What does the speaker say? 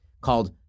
called